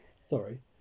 sorry